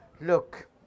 look